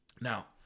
Now